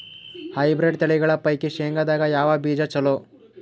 Hybrid ತಳಿಗಳ ಪೈಕಿ ಶೇಂಗದಾಗ ಯಾವ ಬೀಜ ಚಲೋ?